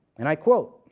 and i quote.